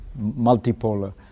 multipolar